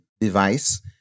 device